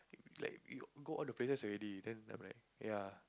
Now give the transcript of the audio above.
like you go all the places already then I'm like ya